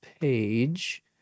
page